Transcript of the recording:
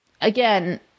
again